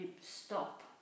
stop